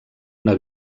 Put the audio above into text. una